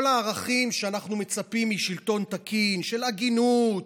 כל הערכים שאנחנו מצפים להם משלטון תקין, הגינות,